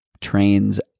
trains